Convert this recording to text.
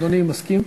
אדוני מסכים?